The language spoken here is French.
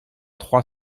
trois